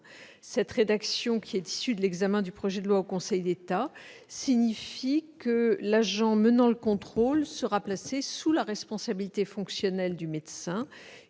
Cette rédaction issue de l'examen du projet de loi au Conseil d'État signifie que l'agent menant le contrôle sera placé sous la responsabilité fonctionnelle du médecin,